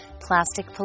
plastic